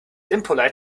impolite